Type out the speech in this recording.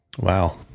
Wow